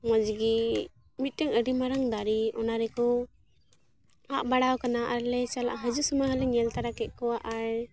ᱢᱚᱡᱽᱜᱮ ᱢᱤᱫᱴᱮᱱ ᱟᱹᱰᱤ ᱢᱟᱨᱟᱝ ᱫᱟᱨᱮ ᱚᱱᱟᱨᱮᱠᱚ ᱟᱵ ᱵᱟᱲᱟᱣ ᱠᱟᱱᱟ ᱟᱨ ᱟᱞᱮ ᱪᱟᱞᱟᱜ ᱦᱤᱡᱩᱜ ᱥᱚᱢᱚᱭᱦᱚᱸ ᱞᱮ ᱧᱮᱞ ᱛᱚᱨᱟᱠᱮᱫ ᱠᱚᱣᱟ ᱟᱨ